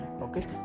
okay